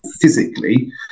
physically